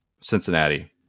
Cincinnati